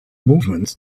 movement